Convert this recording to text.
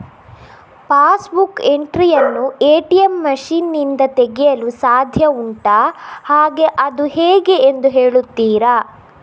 Pass book entry ಯನ್ನು ATM machine ನಿಂದ ತೆಗೆಯಲು ಸಾಧ್ಯ ಉಂಟಾ ಹಾಗೆ ಅದು ಹೇಗೆ ಎಂದು ಹೇಳುತ್ತೀರಾ?